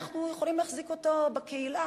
אנחנו יכולים להחזיק אותו בקהילה.